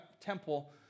temple